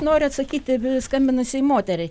noriu atsakyti skambinusiai moteriai